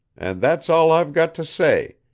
and that's all i've got to say,